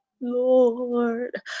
Lord